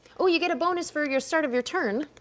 ah you get a bonus for your start of your turn,